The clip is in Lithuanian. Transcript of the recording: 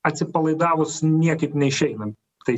atsipalaidavus niekaip neišeina tai